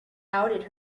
outed